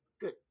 Good